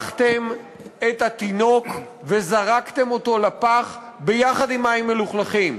לקחתם את התינוק וזרקתם אותו לפח יחד עם המים המלוכלכים.